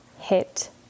hit